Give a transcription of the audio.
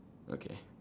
okay